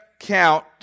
count